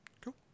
Cool